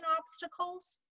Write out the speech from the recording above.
obstacles